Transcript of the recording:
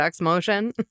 motion